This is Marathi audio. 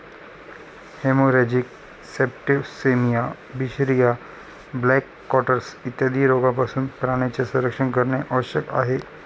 हेमोरॅजिक सेप्टिसेमिया, बिशरिया, ब्लॅक क्वार्टर्स इत्यादी रोगांपासून प्राण्यांचे संरक्षण करणे आवश्यक आहे